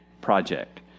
project